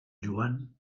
joan